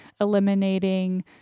eliminating